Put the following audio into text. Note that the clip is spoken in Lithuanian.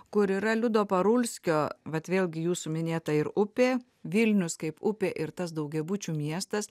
kur yra liudo parulskio vat vėlgi jūsų minėta ir upė vilnius kaip upė ir tas daugiabučių miestas